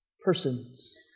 persons